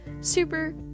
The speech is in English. super